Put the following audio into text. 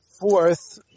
fourth